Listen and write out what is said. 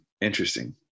Interesting